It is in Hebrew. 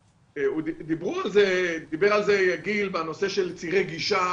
דיבר על זה גיל בנושא של צירי גישה